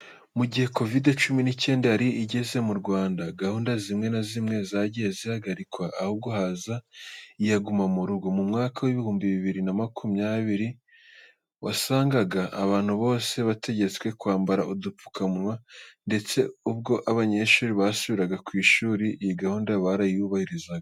Mu gihe Kovide cumi n'icyenda yari igeze mu Rwanda, gahunda zimwe na zimwe zagiye zihagarikwa ahubwo haza iya guma mu rugo. Mu mwaka w'ibihumbi bibiri na makumyabiri wasangaga abantu bose bategetswe kwambara udupfukamunwa ndetse ubwo abanyeshuri basubiraga ku ishuri iyi gahunda barayubahirizaga.